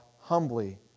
humbly